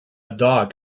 dog